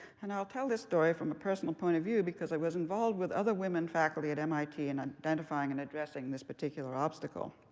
and i'll tell this story from a personal point of view, because i was involved with other women faculty at mit in identifying and addressing this particular obstacle.